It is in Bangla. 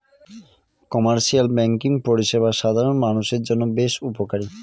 কমার্শিয়াল ব্যাঙ্কিং পরিষেবা সাধারণ মানুষের জন্য বেশ উপকারী